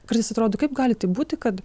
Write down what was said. kartais atrodo kaip gali taip būti kad